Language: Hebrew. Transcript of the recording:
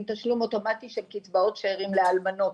תשלום אוטומטי של קצבאות שערים לאלמנות,